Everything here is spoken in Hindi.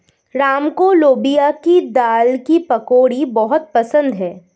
राम को लोबिया की दाल की पकौड़ी बहुत पसंद हैं